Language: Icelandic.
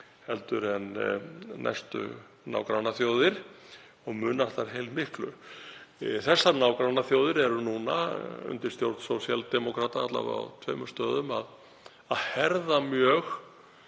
vernd en næstu nágrannaþjóðir og munar þar heilmiklu. Þessar nágrannaþjóðir eru núna undir stjórn sósíaldemókrata, alla vega á tveimur stöðum, að herða mjög